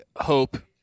hope